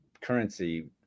currency